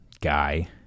guy